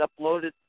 uploaded